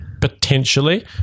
potentially